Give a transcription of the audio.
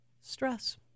stress